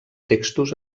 textos